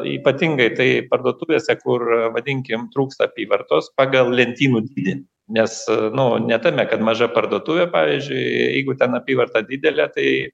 ypatingai tai parduotuvėse kur pavadinkim trūksta apyvartos pagal lentynų dydį nes nu ne tame kad maža parduotuvė pavyzdžiui jeigu ten apyvarta didelė tai